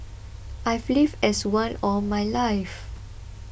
I've lived as one all my life